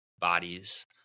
bodies